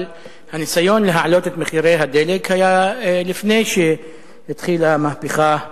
אבל הניסיון להעלות את מחירי הדלק היה לפני שהתחילה המהפכה בלוב.